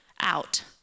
out